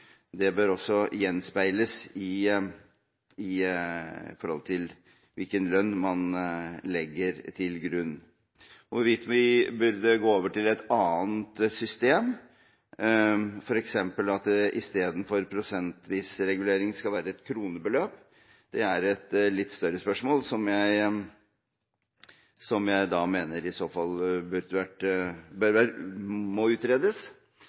Det bør også gjenspeiles i hvilken lønn man legger til grunn. Hvorvidt vi burde gå over til et annet system, f.eks. at det istedenfor prosentvis regulering skal være et kronebeløp, er et litt større spørsmål som jeg i så fall mener må utredes